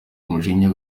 umujinya